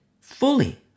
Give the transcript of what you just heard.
fully